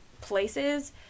places